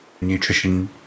nutrition